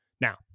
Now